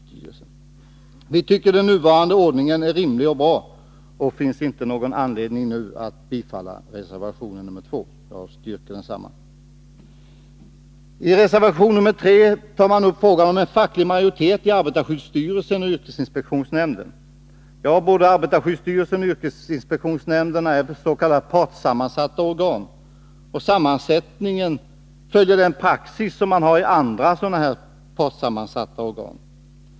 Utskottet tycker att den nuvarande ordningen är rimlig och bra och att det inte finns någon anledning att nu bifalla reservation 2, varför jag avstyrker densamma. I reservation 3 tar man upp frågan om facklig majoritet i arbetarskyddsstyrelsen och yrkesinspektionsnämnderna. Både arbetarskyddsstyrelsen och yrkesinspektionsnämnderna är s.k. partssammansatta organ, och sammansättningen följer den praxis som tillämpas i andra sådana sammanhang.